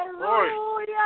Hallelujah